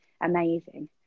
amazing